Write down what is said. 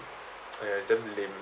ah ya it's damn lame